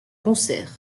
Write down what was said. concert